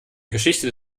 geschichte